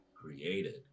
created